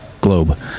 globe